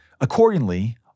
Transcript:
Accordingly